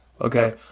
Okay